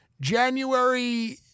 January